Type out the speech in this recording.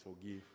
forgive